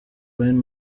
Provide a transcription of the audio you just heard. bayern